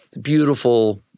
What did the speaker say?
Beautiful